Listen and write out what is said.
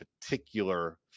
particular